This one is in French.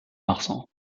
marsan